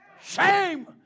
Shame